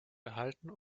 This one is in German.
erhalten